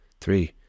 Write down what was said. three